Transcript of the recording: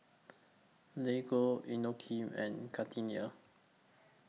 Lego Inokim and Gardenia